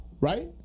right